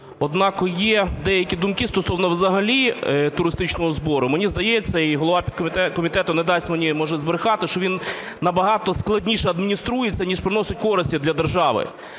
Однак є деякі думки стосовно взагалі туристичного збору. Мені здається, і голова комітету не дасть мені, може, збрехати, що він набагато складніше адмініструється, ніж приносить користі для держави.